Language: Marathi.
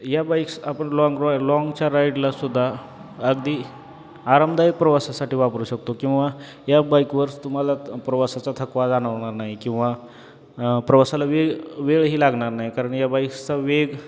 या बाईक्स आपण लाँग र लाँगच्या राईडलासुद्धा अगदी आरामदायक प्रवासासाठी वापरू शकतो किंवा या बाईकवरच तुम्हाला प्रवासाचा थकवा जाणवणार नाही किंवा प्रवासाला वेळ वेळही लागणार नाही कारण या बाईक्सचा वेग